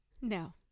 No